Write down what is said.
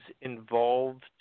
involved